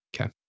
Okay